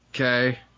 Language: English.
Okay